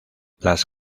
las